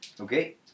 Okay